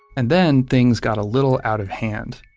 and then things got a little out of hand.